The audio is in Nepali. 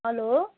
हेलो